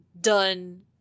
done